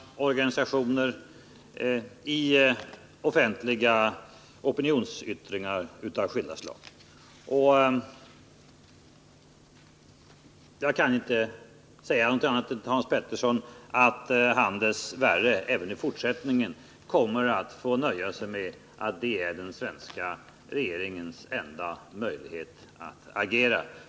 Därvidlag fick ju regeringen en gratischans att göra någonting, åtminstone att uttrycka sin inställning, när nu hela den internationella arbetarrörelsen tog upp saken. Det hade väl inte varit för mycket begärt att regeringen, även om den säger sig inte ha något inflytande över Pripps i allmänhet — det hörde vi förra veckan i bryggeridebatten — hade gjort ett av de nu så populära vädjandena för att kunna åstadkomma något. Senast i går var man ju ute och vädjade i viktiga frågor. Det hade man kunnat göra också i det här avseendet, även om man avhänder sig varje möjlighet att göra något annat.